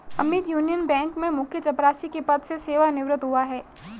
Amit union bank में मुख्य चपरासी के पद से सेवानिवृत हुआ है